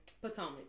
Potomac